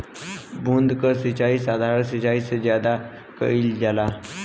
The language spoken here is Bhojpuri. बूंद क सिचाई साधारण सिचाई से ज्यादा कईल जाला